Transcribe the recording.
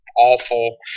awful